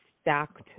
stacked